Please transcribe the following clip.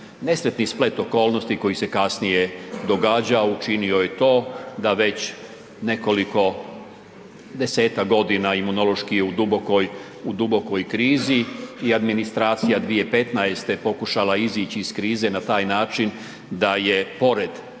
Nesretni splet okolnosti koji se kasnije događao učinio je to da već nekoliko, desetak godina imunološki je u dubokoj krizi i administracija 2015. pokušala je izaći iz krize na taj način da je pored